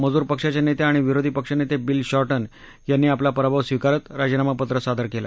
मजूर पक्षाचे नेते आणि विरोधी पक्ष नेते बील शॉर्टन यांनी आपला पराभव स्वीकारत राजीनामा पत्र सादर केलं